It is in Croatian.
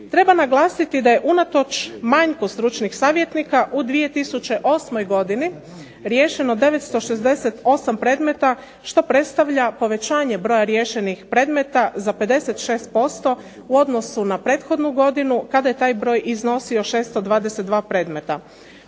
Treba naglasiti da je unatoč manjku stručnih savjetnika u 2008. godini riješeno 968 predmeta što predstavlja povećanje broja riješenih predmeta za 56% u odnosu na prethodnu godinu kada je taj broj iznosio 622 predmeta.